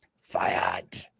fired